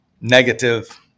negative